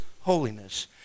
holiness